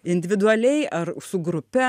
individualiai ar su grupe